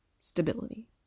stability